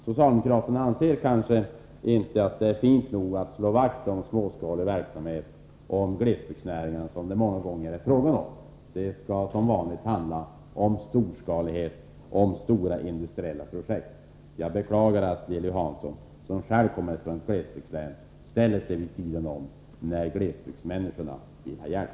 Socialdemokraterna anser kanske inte att det är fint nog att slå vakt om småskalig verksamhet och om glesbygdsnäringarna, som det många gånger är fråga om. Det skall som vanligt handla om storskalighet och stora industriella projekt. Jag beklagar att Lilly Hansson, som själv kommer från ett glesbygdslän, inte ställer upp när glesbygdsmänniskorna vill ha hjälp.